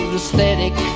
aesthetic